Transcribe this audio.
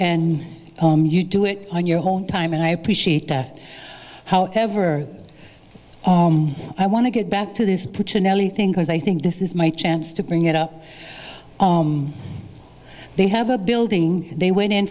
and you do it on your own time and i appreciate that however i want to get back to this puts aneli thing because i think this is my chance to bring it up they have a building they went in